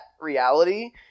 reality